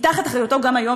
היא תחת אחריותו גם היום,